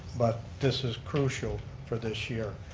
but this is crucial for this year,